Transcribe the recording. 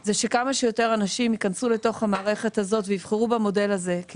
זה שכמה שיותר אנשים ייכנסו לתוך המערכת הזאת ויבחרו במודל הזה כי